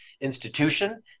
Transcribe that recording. institution